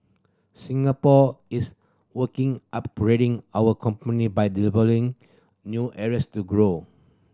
Singapore is working upgrading our by developing new areas to grow